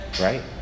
Right